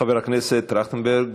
חבר הכנסת טרכטנברג,